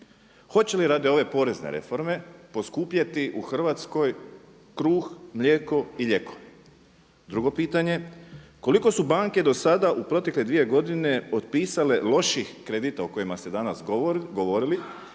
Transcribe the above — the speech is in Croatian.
hoće li radi ove porezne reforme poskupjeti u Hrvatskoj kruh, mlijeko i lijekovi? Drugo pitanje, koliko su banke do sada u protekle dvije godine otpisale loših kredita o kojima ste danas govorili